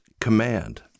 command